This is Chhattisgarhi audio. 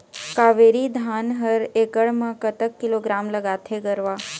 कावेरी धान हर एकड़ म कतक किलोग्राम लगाथें गरवा?